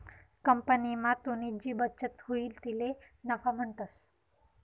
कंपनीमा तुनी जी बचत हुई तिले नफा म्हणतंस